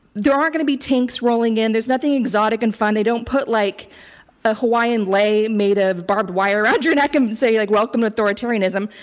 there aren't going to be tanks rolling in, there's nothing exotic and fun. they don't put like a hawaiian lei made of barbed wire around your neck and and say, like welcome, authoritarianism.